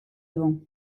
avant